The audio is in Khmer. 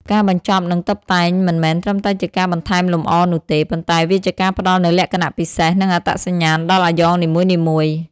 ការបញ្ចប់និងតុបតែងមិនមែនត្រឹមតែជាការបន្ថែមលម្អនោះទេ ប៉ុន្តែវាជាការផ្តល់នូវលក្ខណៈពិសេសនិងអត្តសញ្ញាណដល់អាយ៉ងនីមួយៗ។